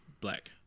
black